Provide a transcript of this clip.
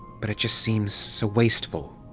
but it just seems so wasteful.